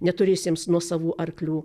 neturėjusiems nuosavų arklių